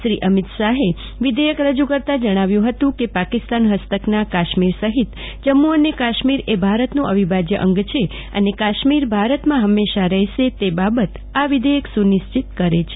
શ્રી અમિત શાહે વિધેયક રજુ કરતાં જણાવ્યું હતું કે પોકિસ્તાન હસ્તકના કાશ્મીર સહિત જમ્મુ અને કાશ્મીરએ ભારતનું અવિભાજય અંગ છે અને કાશ્મીર ભારતમાં હંમેશા રહેશે તે બાબત આ વિધેયક સુનિશ્ચિત કરે છે